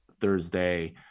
Thursday